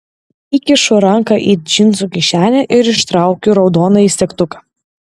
įkišu ranką į džinsų kišenę ir ištraukiu raudonąjį segtuką